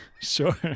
Sure